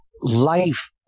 life